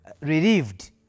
relieved